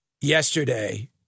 yesterday